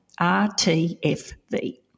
RTFV